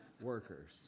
workers